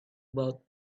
about